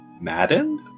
maddened